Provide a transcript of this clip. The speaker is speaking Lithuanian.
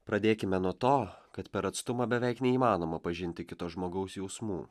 pradėkime nuo to kad per atstumą beveik neįmanoma pažinti kito žmogaus jausmų